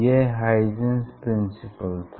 यह Huygens principle था